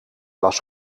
was